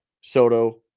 Soto